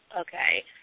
Okay